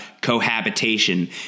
cohabitation